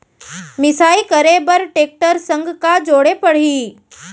मिसाई करे बर टेकटर संग का जोड़े पड़ही?